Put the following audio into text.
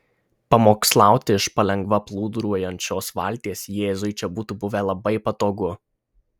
pamokslauti iš palengva plūduriuojančios valties jėzui čia būtų buvę labai patogu